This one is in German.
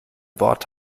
wort